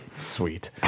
Sweet